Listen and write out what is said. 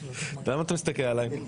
היום אנחנו מצביעים על הקבועות הקיימות.